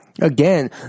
again